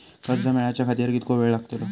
कर्ज मेलाच्या खातिर कीतको वेळ लागतलो?